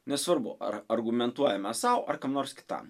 nesvarbu ar argumentuojame sau ar kam nors kitam